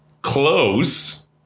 close